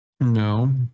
no